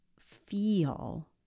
feel